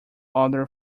other